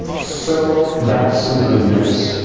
so that's some good news.